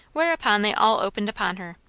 whereupon they all opened upon her.